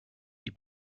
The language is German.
die